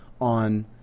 on